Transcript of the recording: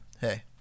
hey